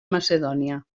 macedònia